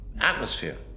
atmosphere